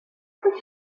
peut